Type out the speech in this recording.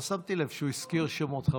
לא שמתי לב שהוא הזכיר שמות,